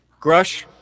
Grush